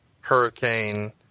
Hurricane